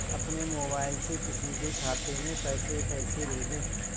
अपने मोबाइल से किसी के खाते में पैसे कैसे भेजें?